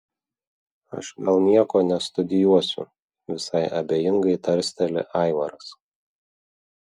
aš gal nieko nestudijuosiu visai abejingai tarsteli aivaras